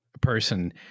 person